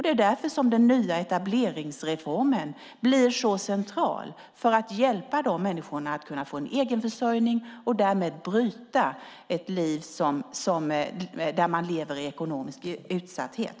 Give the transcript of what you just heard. Det är därför som den nya etableringsreformen blir så central för att hjälpa dessa människor att kunna få en egenförsörjning och därmed bryta ett liv där man lever i ekonomisk utsatthet.